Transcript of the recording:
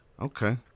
Okay